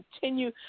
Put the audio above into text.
continue